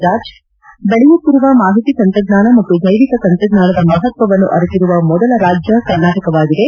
George ದೆಳೆಯುತ್ತಿರುವ ಮಾಹಿತಿ ತಂತ್ರಜ್ಞಾನ ಮತ್ತು ಜೈವಿಕ ತಂತ್ರಜ್ಞಾನದ ಮಹತ್ತವನ್ನು ಅರಿತಿರುವ ಮೊದಲ ರಾಜ್ಞ ಕರ್ನಾಟಕವಾಗಿದೆ